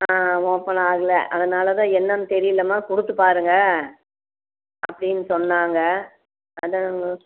ஆ open ஆகல அதனால தான் என்னென்னு தெரியலம்மா கொடுத்து பாருங்க அப்படின்னு சொன்னாங்க அதான்